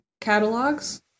catalogs